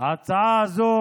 ההצעה הזו